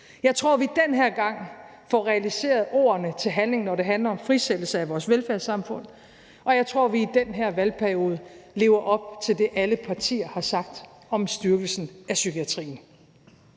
jeg tror, at vi den her gang får omsat ordene i handling, når det handler om frisættelse af vores velfærdssamfund, og jeg tror, at vi i den her valgperiode lever op til det, alle partier har sagt om styrkelsen af psykiatrien.